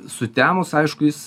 sutemus aišku jis